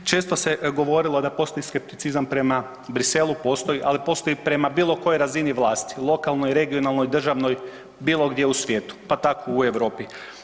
Često se govorilo da postoji skepticizam prema Bruxellesu, postoji, ali postoji prema bilo kojoj razini vlasti, lokalnoj, regionalnoj, državnoj bilo gdje u svijetu pa tako i u Europi.